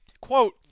quote